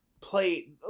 play